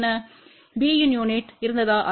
என்ன b இன் unit இருந்ததா